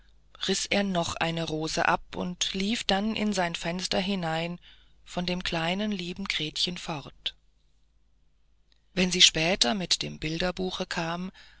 riß er noch eine rose ab und lief dann in sein fenster hinein von dem kleinen lieblichen gretchen fort wenn sie später mit dem bilderbuche kam